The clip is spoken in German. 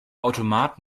automat